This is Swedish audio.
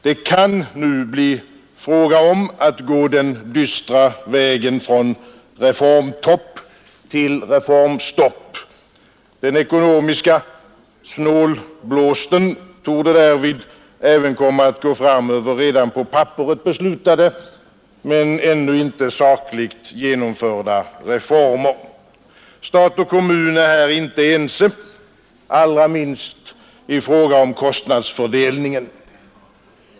Det kan nu bli fråga om att gå den dystra vägen från reformtopp till reformstopp. Den ekonomiska snålblåsten torde därvid även komma att svepa fram över redan på papperet beslutade men ännu inte sakligt genomförda reformer. Stat och kommun är här inte ense, allra minst i fråga om kostnadsfördelningen.